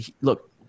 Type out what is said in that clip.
Look